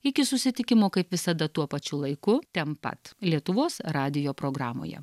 iki susitikimo kaip visada tuo pačiu laiku ten pat lietuvos radijo programoje